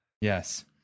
Yes